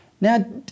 Now